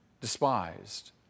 despised